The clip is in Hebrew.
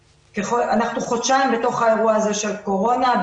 אנחנו חודשיים בתוך האירוע הזה של קורונה.